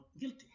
guilty